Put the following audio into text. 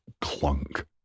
clunk